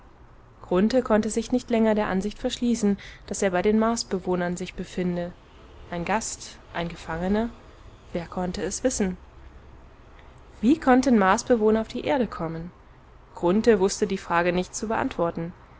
konnte sich nicht länger der ansicht verschließen daß er bei den marsbewohnern sich befinde ein gast ein gefangener wer konnte es wissen wie konnten marsbewohner auf die erde kommen grunthe wußte die frage nicht zu beantworten